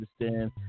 understand